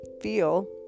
feel